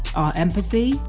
our empathy,